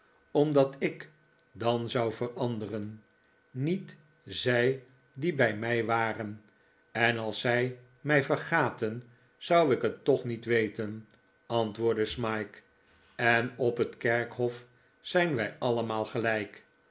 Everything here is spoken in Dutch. omdat ik dan zou veranderen niet zij die bij mij waren en als zij mij vergaten zou ik het toch niet weten antwoordde smike en op het kerkhof zijn wij allemaal gelijk